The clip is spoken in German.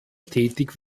tätig